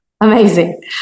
Amazing